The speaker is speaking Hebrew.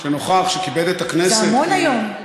נוכח, שכיבד את הכנסת, זה המון היום.